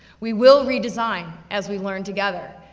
we will redesign as we learn together.